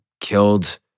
killed